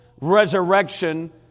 resurrection